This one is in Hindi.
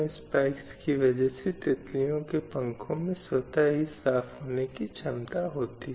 इसका अर्थ यह भी है कि किसी को भी न्याय से वंचित नहीं किया जा सकता या भेदभाव नहीं किया जा सकता है